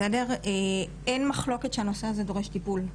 אין מחלוקת שהנושא הזה דורש טיפול,